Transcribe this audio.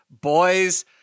Boys